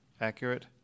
accurate